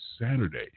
Saturday